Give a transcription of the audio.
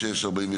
46-47,